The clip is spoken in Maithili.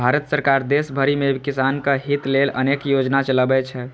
भारत सरकार देश भरि मे किसानक हित लेल अनेक योजना चलबै छै